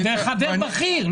וחבר בכיר,